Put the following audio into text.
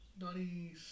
Ninety